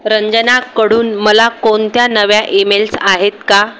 रंजनाकडून मला कोणत्या नव्या ईमेल्स आहेत का